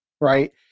right